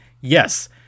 Yes